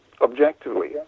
objectively